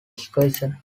excursion